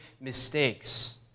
mistakes